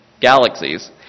galaxies